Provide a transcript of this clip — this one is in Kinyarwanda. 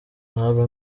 ntabwo